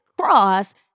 cross